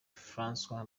françois